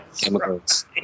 chemicals